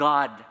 God